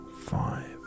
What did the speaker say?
five